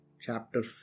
chapter